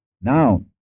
Now